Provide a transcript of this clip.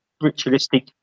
ritualistic